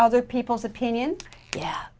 other people's opinion yeah